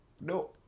no